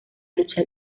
lucha